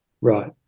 Right